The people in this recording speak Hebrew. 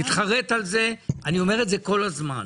מתחרט על זה, אני אומר את זה כל הזמן.